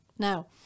Now